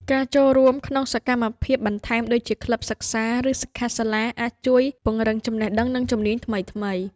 ការចូលរួមក្នុងសកម្មភាពបន្ថែមដូចជាក្លឹបសិក្សា ឬសិក្ខាសាលាអាចជួយពង្រឹងចំណេះដឹង និងជំនាញថ្មីៗ។